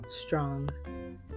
strong